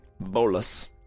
bolas